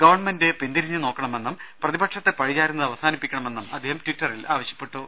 government പിന്തിരിഞ്ഞ് നോക്കണമെന്നും പ്രതിപ ക്ഷത്തെ പഴിചാരുന്നത് അവസാനിപ്പിക്കണമെന്നും അദ്ദേഹം ടിറ്ററിൽ ആവ ശ്യപ്പെട്ടു